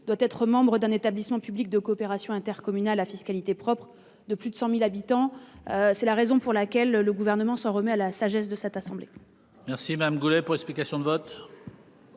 doit être membre d'un établissement public de coopération intercommunale à fiscalité propre de plus de 100.000 habitants. C'est la raison pour laquelle le gouvernement s'en remet à la sagesse de cette assemblée.